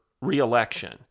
re-election